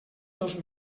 dos